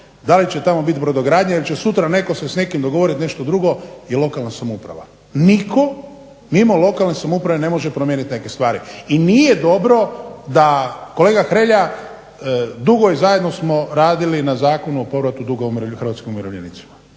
da li će tamo biti brodogradnja, ili će sutra netko se s nekim dogovoriti nešto drugo je lokalna samouprava. Nitko mimo lokalne samouprave ne može promijeniti neke stvari, i nije dobro da kolega Hrelja dugo i zajedno smo radili na Zakonu o povratu duga hrvatskim umirovljenicima,